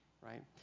right